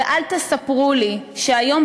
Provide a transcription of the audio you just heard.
ואל תספרו לי שהיום,